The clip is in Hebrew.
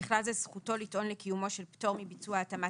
ובכלל זה זכותו לטעון לקיומו של פטור מביצוע התאמת